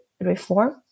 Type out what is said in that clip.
reform